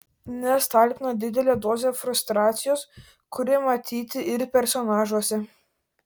nes talpina didelę dozę frustracijos kuri matyti ir personažuose